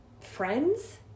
friends